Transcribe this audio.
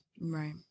Right